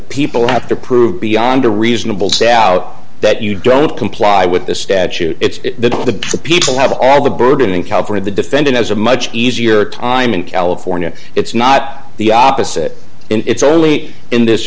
people have to prove beyond a reasonable doubt that you don't comply with the statute it's that the people have all the burden in california the defendant has a much easier time in california it's not the opposite it's only in this